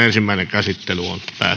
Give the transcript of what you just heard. käsittelyyn